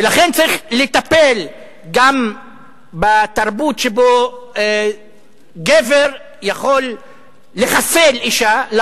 לכן צריך לטפל גם בתרבות שבה גבר יכול לחסל אשה,